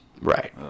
right